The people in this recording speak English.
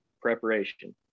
preparation